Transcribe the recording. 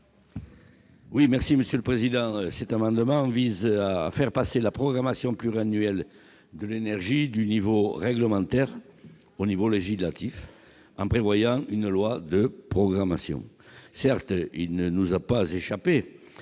est à M. Roland Courteau. Cet amendement vise à faire passer la programmation pluriannuelle de l'énergie du niveau réglementaire à l'échelon législatif, en prévoyant une loi de programmation. Certes, il ne nous a pas échappé